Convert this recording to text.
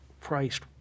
priced